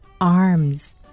arms